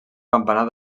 campanar